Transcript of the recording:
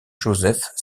josef